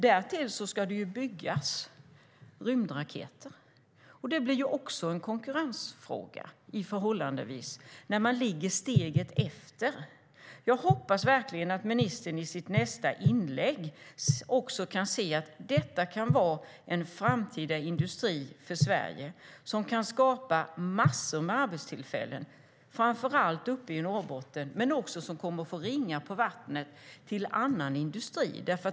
Därtill ska det byggas rymdraketer, och det blir också en konkurrensfråga när man ligger steget efter. Jag hoppas verkligen att ministern i sitt nästa inlägg kan se att detta kan vara en framtida industri för Sverige som kan skapa massor av arbetstillfällen, framför allt uppe i Norrbotten, men som också kommer att skapa ringar på vattnet till annan industri.